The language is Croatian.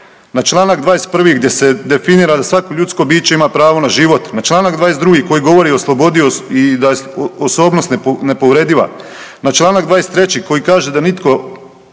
na čl. 21. gdje se definira da svako ljudsko biće ima pravo na život, na čl. 22. koji govori o slobodi i da je osobnost nepovrediva, na čl. 23. koji kaže da nitko